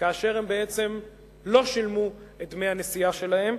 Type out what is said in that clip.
שבעצם לא שילמו את דמי הנסיעה שלהם.